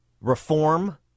reform